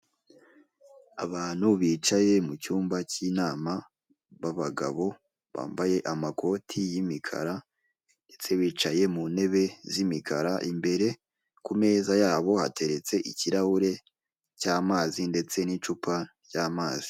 Abantu bicaye mu cyumba k'inama b'abagabo bambaye amakoti y'imikara, bicaye mu ntebe z'imikara imbere ku meza yabo hateretse ikirahure cy'amazi ndetse n'icupa ry'amazi.